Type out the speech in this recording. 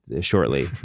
shortly